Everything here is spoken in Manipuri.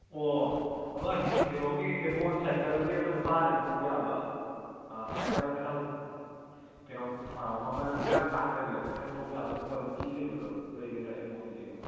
ꯑꯣ ꯑꯃ ꯀꯩꯅꯣꯒꯤ ꯑꯦꯕꯣꯟ ꯁꯥꯏꯀꯜꯒꯤ ꯑꯃ ꯅꯨꯄꯥꯅ ꯊꯧꯕ ꯌꯥꯕ ꯁꯥꯏꯀꯜ ꯈꯤꯇꯪ ꯀꯩꯅꯣꯝ ꯃꯃꯜꯁꯨ ꯌꯥꯝꯅ ꯇꯥꯡꯗꯕꯤꯗ ꯑꯩꯈꯣꯏꯅ ꯊꯧꯕ ꯌꯥꯕ ꯑꯗꯨꯝ ꯀ꯭ꯋꯥꯂꯤꯇꯤ ꯂꯩꯕ ꯂꯩꯒꯗ꯭ꯔꯥ ꯑꯦꯕꯣꯟꯒꯤ